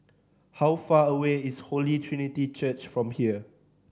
how far away is Holy Trinity Church from here